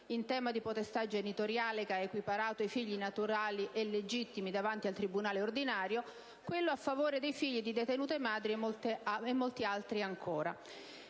in tema di potestà genitoriale che ha equiparato i figli naturali e legittimi davanti al tribunale ordinario, quello a favore dei figli di detenute madri e molti altri ancora.